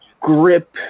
grip